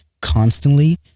constantly